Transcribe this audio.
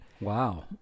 Wow